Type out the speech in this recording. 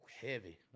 heavy